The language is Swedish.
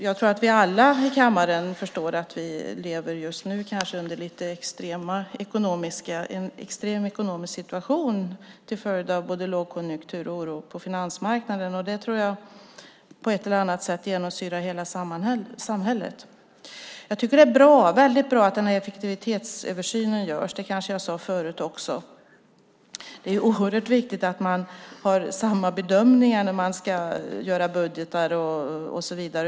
Jag tror att vi alla i kammaren förstår att vi just nu lever under en extrem ekonomisk situation till följd av både lågkonjunktur och oro på finansmarknaden, och det tror jag på ett eller annat sätt genomsyrar hela samhället. Det är väldigt bra att effektivitetsöversynen görs, och det kanske jag sade förut också. Det är ju oerhört viktigt att man gör samma bedömningar när man ska göra budgetar och så vidare.